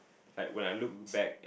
like when I look back